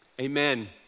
amen